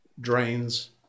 drains